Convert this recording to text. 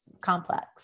complex